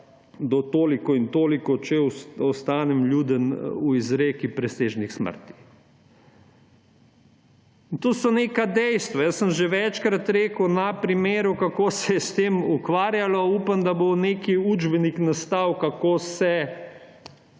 do toliko in tolik, če ostanem vljuden v izrekih, presežnih smrti. In to so neka dejstva. Jaz sem že večkrat povedal na primeru, kako se je s tem ukvarjalo. Upam, da bo nastal neki učbenik, kako se